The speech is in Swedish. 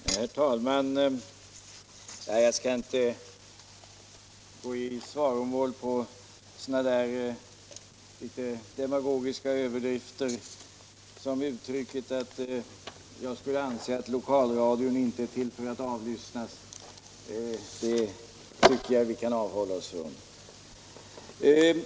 Herr talman! Jag skall inte gå i svaromål och bemöta sådana där litet demagogiska överdrifter som påståendet att jag skulle anse att lokalradion inte är till för att avlyssnas.